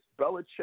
Belichick